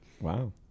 Wow